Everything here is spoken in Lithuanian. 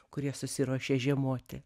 kurie susiruošė žiemoti